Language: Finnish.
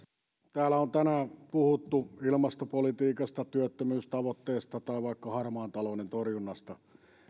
täällä on tänään puhuttu ilmastopolitiikasta työttömyystavoitteista tai vaikka harmaan talouden torjunnasta